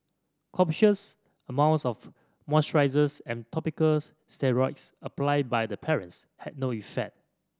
copious amounts of moisturisers and topical steroids applied by the parents had no effect